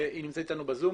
היא נמצאת אתנו ב-זום.